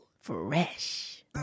Fresh